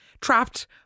trapped